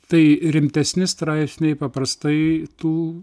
tai rimtesni straipsniai paprastai tų